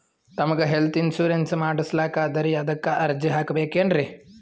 ನಮಗ health insurance ಮಾಡಸ್ಲಾಕ ಅದರಿ ಅದಕ್ಕ ಅರ್ಜಿ ಹಾಕಬಕೇನ್ರಿ?